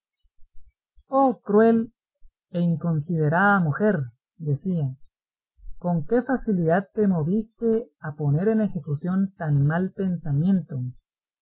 cruel e inconsiderada mujer decía con qué facilidad te moviste a poner en ejecución tan mal pensamiento